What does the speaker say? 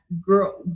girl